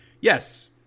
yes